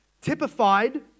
typified